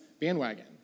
bandwagon